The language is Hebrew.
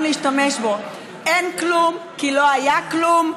להשתמש בו: אין כלום כי לא היה כלום,